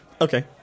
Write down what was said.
Okay